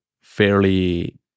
fairly